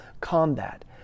combat